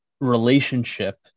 relationship